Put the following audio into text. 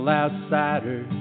outsider